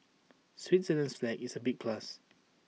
Switzerland's flag is A big plus